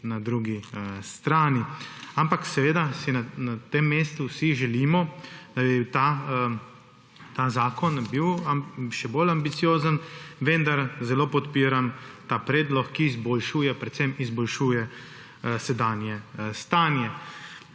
in drugi strani. Seveda si na tem mestu vsi želimo, da bi bil ta zakon še bolj ambiciozen, vendar zelo podpiram ta predlog, ki predvsem izboljšuje sedanje stanje.